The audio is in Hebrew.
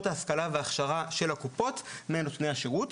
ההשכלה וההכשרה של הקופות מנותני השירות,